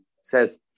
says